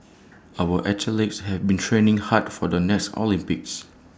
our athletes have been training hard for the next Olympics